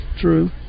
true